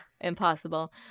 impossible